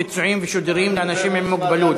ביצועים ושידורים לאנשים עם מוגבלות.